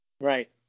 Right